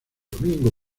domingo